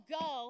go